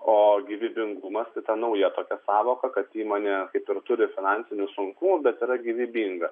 o gyvybingumas tai ta nauja tokia sąvoka kad įmonė kaip ir turi finansinių sunkumų bet yra gyvybinga